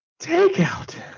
takeout